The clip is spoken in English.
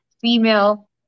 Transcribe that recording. female